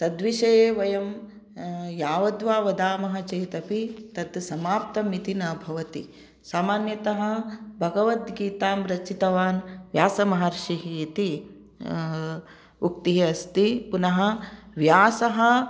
तद् विषये वयं यावद्वा वदामः चेद् अपि तत् समाप्तम् इति न भवति सामान्यतः भगवद्गीतां रचितवान् व्यासमहर्षिः इति उक्तिः अस्ति पुनः व्यासः